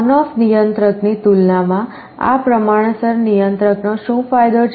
ON OFF નિયંત્રકની તુલનામાં આ પ્રમાણસર નિયંત્રકનો શું ફાયદો છે